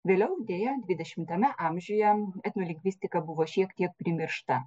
vėliau deja dvidešimtame amžiuje etnolingvistika buvo šiek tiek primiršta